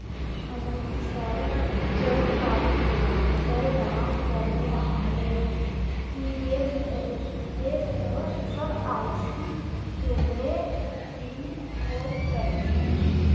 अमृतसर च कटाणु विज्ञान प्रदान करने आह्ले ईऐस्सआईसी केंदरें दी खोज करो